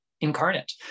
incarnate